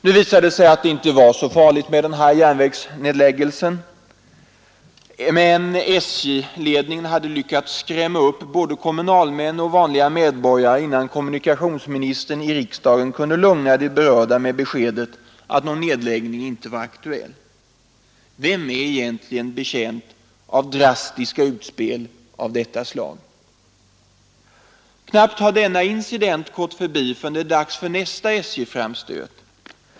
Nu visade det sig att det inte var så farligt med denna järnvägsnedläggelse, men SJ-ledningen hade lyckats skrämma upp både kommunalmän och vanliga medborgare innan kommunikationsministern i riksdagen kunde lugna de berörda med beskedet att någon nedläggning inte var aktuell. Vem är egentligen betjänt av drastiska utspel av detta slag? Knappt har denna incident gått förbi förrän det är dags för nästa SJ-framstöt.